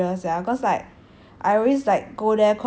I always like go there quite a lot of times and then like